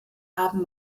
haben